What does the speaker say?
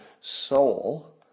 soul